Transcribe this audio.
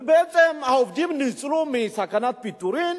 בעצם העובדים ניצלו מסכנת פיטורים